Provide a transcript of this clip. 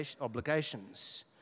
obligations